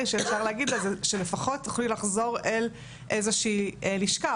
שאפשר להגיד לה זה שלפחות תוכלי לחזור אל איזושהי לשכה,